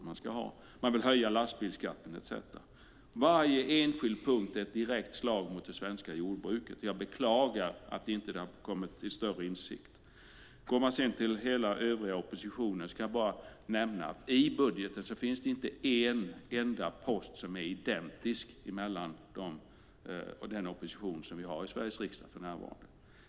Man vill även höja lastbilsskatten etcetera. Varje enskild punkt är ett direkt slag mot det svenska jordbruket, och jag beklagar att ni inte har kommit till större insikt. Går man sedan till hela den övriga oppositionen ska jag bara nämna att det i budgeten inte finns en enda post som är identisk mellan de oppositionspartier vi har i Sveriges riksdag för närvarande.